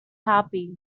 happy